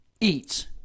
eat